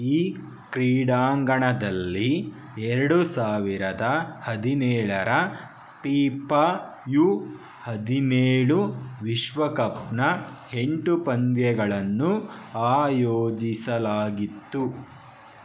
ಈ ಕ್ರೀಡಾಂಗಣದಲ್ಲಿ ಎರಡು ಸಾವಿರದ ಹದಿನೇಳರ ಪಿಪಾ ಯು ಹದಿನೇಳು ವಿಶ್ವಕಪ್ನ ಎಂಟು ಪಂದ್ಯಗಳನ್ನು ಆಯೋಜಿಸಲಾಗಿತ್ತು